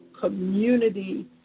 community